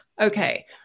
Okay